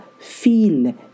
feel